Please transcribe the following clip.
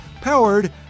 powered